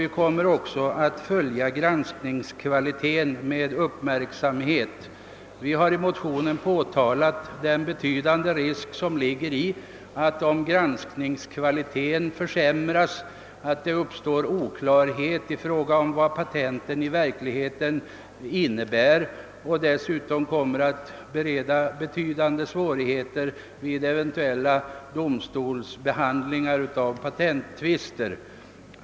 Vi kommer också att ha uppmärksamheten riktad på granskningskvaliteten. I motionen har vi påtalat den betydande risken för att det uppstår oklarhet om vad patenten i verkligheten innebär, därest granskningskvaliteten försämras. Detta kommer också att förorsaka betydande svårigheter vid eventuella domstolsbehandlingar av patenttvister.